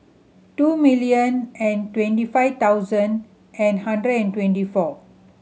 two million and twenty five thousand and hundred and twenty four